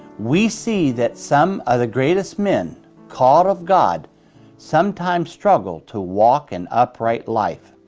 we see that some of the greatest men called of god sometimes struggled to walk an upright life.